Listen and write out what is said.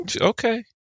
okay